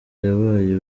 yabaye